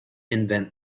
invent